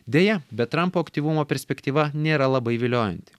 deja bet trampo aktyvumo perspektyva nėra labai viliojanti